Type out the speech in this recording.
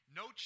no